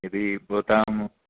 यदि भवताम्